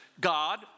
God